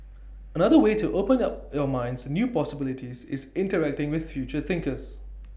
another way to open our your minds to new possibilities is interacting with future thinkers